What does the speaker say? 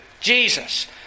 Jesus